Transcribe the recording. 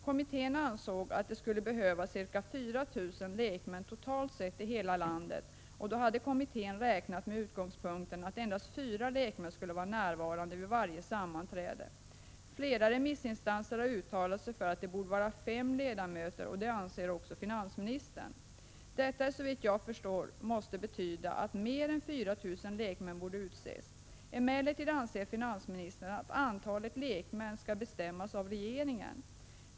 Kommittén ansåg att det skulle behövas ca 4 000 lekmän totalt sett i hela landet, och då hade kommittén räknat med utgångspunkten att endast fyra lekmän skulle vara närvarande vid varje sammanträde. Flera remissinstanser har uttalat sig för att det borde vara fem ledamöter, och det anser också finansministern. Detta måste såvitt jag förstår betyda att mer än 4 000 lekmän borde utses. Emellertid anser finansministern att antalet lekmän skall bestämmas av regeringen.